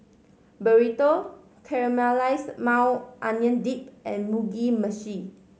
Burrito Caramelized Maui Onion Dip and Mugi Meshi